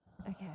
Okay